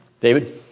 David